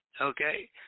okay